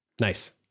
Nice